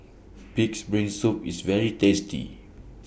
Pig'S Brain Soup IS very tasty